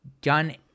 done